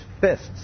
fists